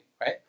right